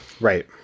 Right